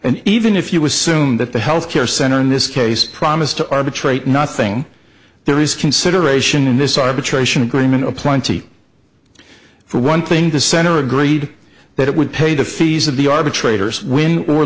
and even if you assume that the health care center in this case promise to arbitrate nothing there is consideration in this arbitration agreement a plenty for one thing the center agreed that it would pay the fees of the arbitrators win or